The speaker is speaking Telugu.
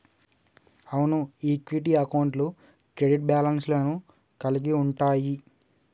అవును ఈక్విటీ అకౌంట్లు క్రెడిట్ బ్యాలెన్స్ లను కలిగి ఉంటయ్యి